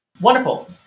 Wonderful